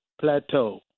Plateau